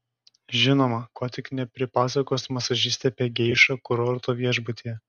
žinoma ko tik nepripasakos masažistė apie geišą kurorto viešbutyje